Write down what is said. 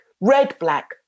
red-black